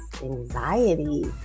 anxiety